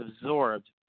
absorbed